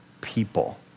people